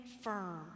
firm